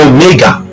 Omega